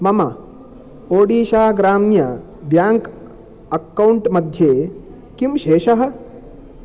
मम ओडीशा ग्राम्य bank account मध्ये किं शेषः